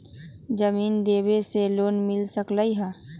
जमीन देवे से लोन मिल सकलइ ह?